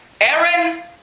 Aaron